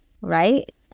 right